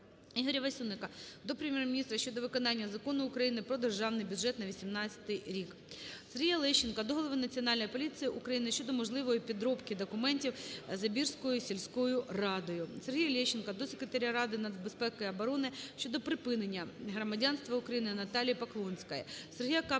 Ігоря Васюника до Прем'єр-міністра щодо виконання Закону України "Про Державний бюджет на 2018 рік". Сергія Лещенка до голови Національної поліції України щодо можливої підробки документів Забірською сільською радою. Сергія Лещенка до Секретаря Ради нацбезпеки і оборони щодо припинення громадянства України Наталії Поклонської.